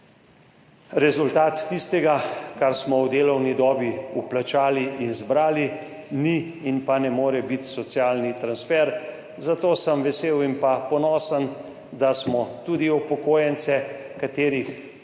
rezultat tistega, kar smo v delovni dobi vplačali in zbrali. Ni in ne more pa biti socialni transfer, zato sem vesel in ponosen, da smo tudi upokojence, katerih